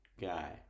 guy